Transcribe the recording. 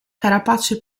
carapace